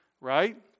right